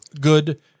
good